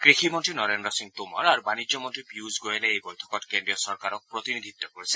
কৃষিমন্তী নৰেন্দ্ৰ সিং টোমৰ আৰু বাণিজ্য মন্তী পীয়ুষ গোয়েলে এই বৈঠকত কেন্দ্ৰীয় চৰকাৰক প্ৰতিনিধিত্ব কৰিছে